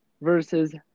versus